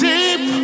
Deep